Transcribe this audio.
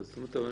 הבנתי,